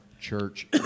church